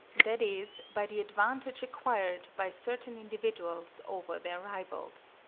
that is by the advantage acquired by certain individuals over their rivals.